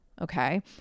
Okay